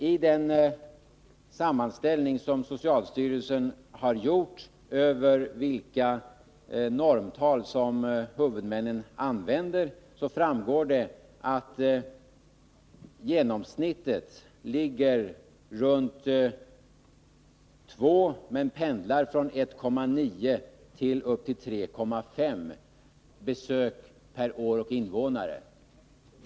Av den sammanställning som socialstyrelsen har gjort över vilka normtal som huvudmännen använder framgår att genomsnittet ligger runt 2 men att talen pendlar från 1,9 till 3,5 besök per år och invånare.